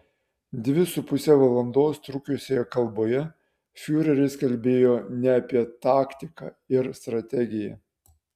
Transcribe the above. dvi su puse valandos trukusioje kalboje fiureris kalbėjo ne apie taktiką ir strategiją